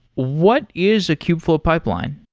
what is a kubeflow pipeline?